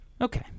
Okay